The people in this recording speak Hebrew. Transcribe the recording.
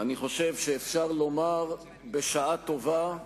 אני חושב שאפשר לומר "בשעה טובה",